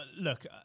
look